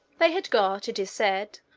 they had got, it is said,